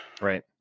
Right